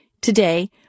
Today